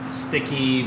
sticky